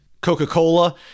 Coca-Cola